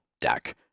deck